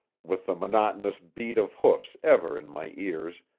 with the monotonous beat of hoofs ever in my ears,